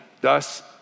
Thus